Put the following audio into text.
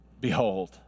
Behold